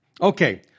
Okay